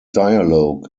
dialog